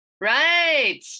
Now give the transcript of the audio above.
Right